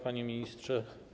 Panie Ministrze!